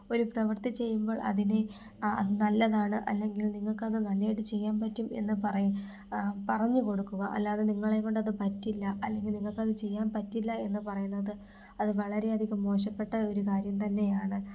ഒരു പ്രവൃത്തി ചെയ്യുമ്പോൾ അതിനെ അത് നല്ലതാണ് അല്ലെങ്കിൽ നിങ്ങൾക്കത് നല്ലതായിട്ട് ചെയ്യാൻ പറ്റും എന്ന് പറയ് പറഞ്ഞ് കൊടുക്കുക അല്ലാതെ നിങ്ങളെ കൊണ്ടത് പറ്റില്ല അല്ലെങ്കിൽ നിങ്ങൾക്കത് ചെയ്യാൻ പറ്റില്ല എന്ന് പറയുന്നത് അത് വളരെ അധികം മോശപ്പെട്ട ഒരു കാര്യം തന്നെ ആണ്